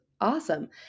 awesome